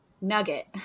nugget